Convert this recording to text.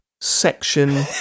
section